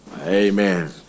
Amen